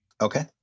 Okay